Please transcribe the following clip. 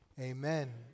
Amen